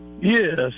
Yes